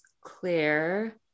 clear